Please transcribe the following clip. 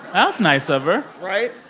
that was nice of her right?